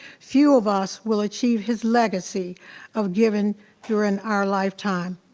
few of us will achieve his legacy of giving during our lifetime.